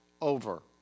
over